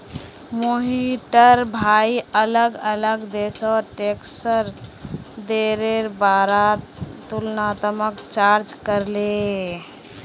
मोहिटर भाई अलग अलग देशोत टैक्सेर दरेर बारेत तुलनात्मक चर्चा करले